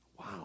Wow